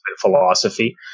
philosophy